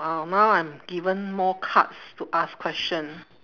orh now I'm given more cards to ask question